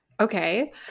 Okay